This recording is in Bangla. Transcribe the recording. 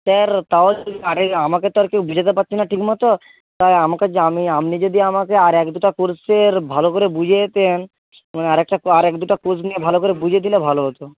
স্যার তাহলে আরে আমাকে তো আর কেউ বোঝাতে পারছে না ঠিক মতো তাই আমাকে আপনি যদি আমাকে আর এক দুটা কোর্সের ভালো করে বুঝিয়ে দিতেন মানে আরেকটা আর এক দুটো কোর্স নিয়ে ভালো করে বুঝিয়ে দিলে ভালো হতো